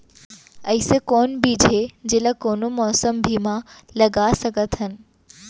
अइसे कौन बीज हे, जेला कोनो मौसम भी मा लगा सकत हन?